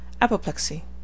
Apoplexy